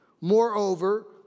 Moreover